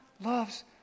loves